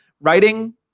writing